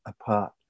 apart